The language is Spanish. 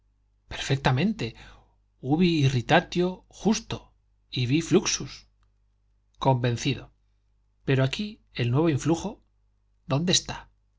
perfectamente ubi irritatio justo ibi fluxus convencido pero aquí el nuevo influjo dónde está